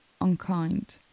unkind